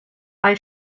bei